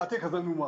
אל תהיה כזה מנומס.